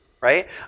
right